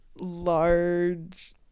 large